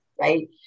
Right